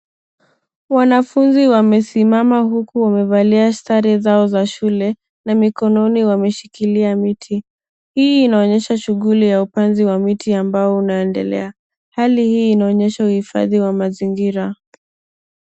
Wanafunzi wamesimama huku wamevalia sare zao za shule na mikononi wameshikilia miti hii inaonyesha shughuli ya upanzi wa miti ambao unaendelea hali hii inaonyesha uhifadhi wa mazingira.